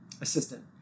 assistant